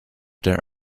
their